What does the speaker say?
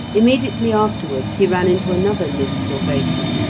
immediately afterwards he ran into another mist or vapour,